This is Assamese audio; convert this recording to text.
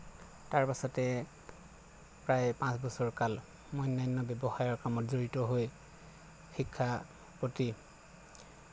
তাৰ পাছতে প্ৰায় পাঁচ বছৰ কাল মই অন্যান্য ব্যৱসায়ৰ কামত জড়িত হৈ শিক্ষাৰ প্ৰতি